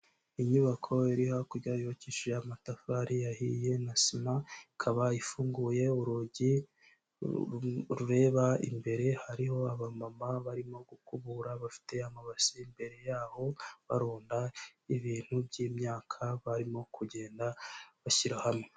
Inyubako iri hakurya, yubakishije amatafari ahiye na sima, ikaba ifunguye urugi rureba imbere, hariho abama barimo gukubura, bafite amabase imbere y'aho barunda ibintu by'imyaka barimo kugenda bashyira hamwe.